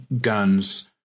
guns